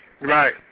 Right